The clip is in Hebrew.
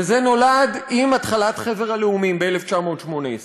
וזה נולד עם התחלת חבר הלאומים ב-1918: